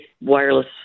wireless